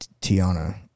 Tiana